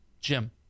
Jim